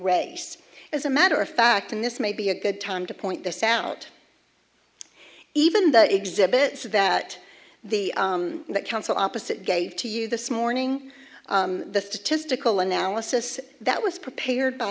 race as a matter of fact and this may be a good time to point this out even the exhibit so that the council opposite gave to you this morning the testicle analysis that was prepared by